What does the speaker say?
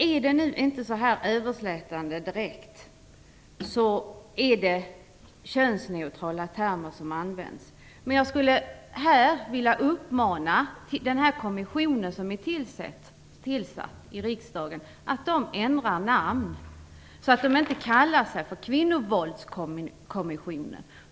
Är det inte direkt överslätande termer som används så är det könsneutrala. Jag skulle vilja uppmana den kommission som tillsatts av riksdagen att ändra namn och inte kalla sig "Kvinnovåldskommissionen".